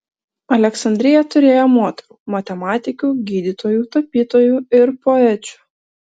aleksandrija turėjo moterų matematikių gydytojų tapytojų ir poečių